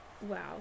wow